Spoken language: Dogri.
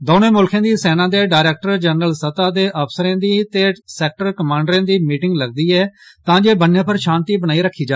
दौनें मुल्खे दी सेना दे डायरेक्टर जनरल सतह दे अफसरें दी ते सैक्टर कमांडरें दी मीटिंग लगदी ऐ तां जे ब'न्ने उप्पर शांति बनाई रक्खी जा